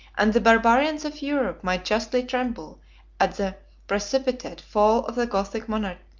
and the barbarians of europe might justly tremble at the precipitate fall of the gothic monarchy.